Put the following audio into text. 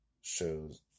shows